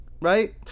right